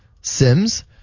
Sims